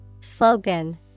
Slogan